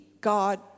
God